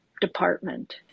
department